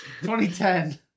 2010